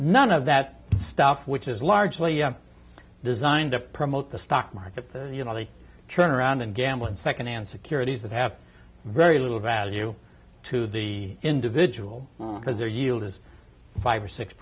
none of that stuff which is largely designed to promote the stock market you know they turn around and gamble and second and securities that have very little value to the individual because their yield is five or six